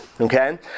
okay